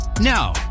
Now